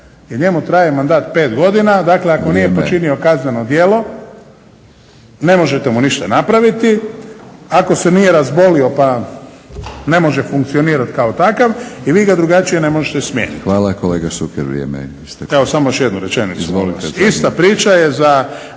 njemu traje mandat 5 godina, dakle ako nije počinio kazneno djelo ne možete mu ništa napraviti, ako se nije razbolio pa ne može funkcionirati kao takav i vi ga drugačije ne možete smijeniti. **Batinić, Milorad (HNS)** Hvala kolega Šuker, vrijeme